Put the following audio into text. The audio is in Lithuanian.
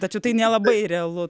tačiau tai nelabai realu